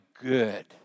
good